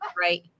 right